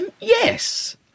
Yes